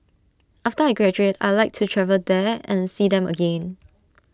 after I graduate I'd like to travel there and see them again